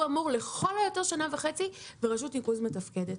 הוא אמור לפעול לכל היותר שנה וחצי ולהשאיר רשות ניקוז מתפקדת.